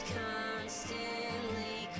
constantly